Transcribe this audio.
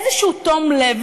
איזה תום לב